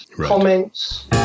comments